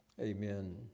amen